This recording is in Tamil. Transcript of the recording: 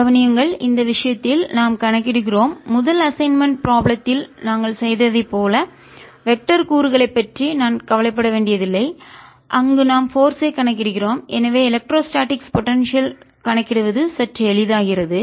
கவனியுங்கள் இந்த விஷயத்தில் நாம் கணக்கிடுகிறோம் முதல் அசைன்மென்ட் ப்ராப்ளம் த்தில் நாங்கள் செய்ததைப் போல வெக்டர் கூறுகளைப் பற்றி நான் கவலைப்பட வேண்டியதில்லை அங்கு நாம் போர்ஸ் ஐ கணக்கிடுகிறோம் எனவே எலக்ட்ரோஸ்டாடிக்ஸ் போடன்சியல் கணக்கிடுவது சற்று எளிதாகிறது